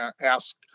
ask